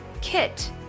kit